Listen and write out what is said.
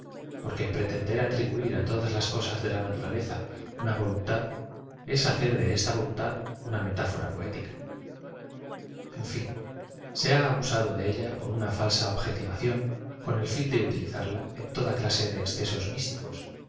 porque pretender atribuir á todas las cosas de la naturaleza una volun tad es hacer de esta voluntad una m etáfora poética en fin se ha abusado de ella por uoa falsa objetiva ción con el ñn de utilizarla en toda clase de excesos místicos